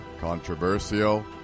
Controversial